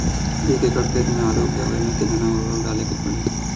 एक एकड़ खेत मे आलू उपजावे मे केतना उर्वरक डाले के पड़ी?